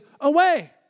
away